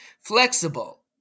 flexible